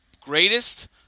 greatest